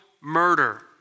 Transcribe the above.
murder